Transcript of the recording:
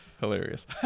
hilarious